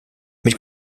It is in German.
mit